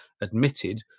admitted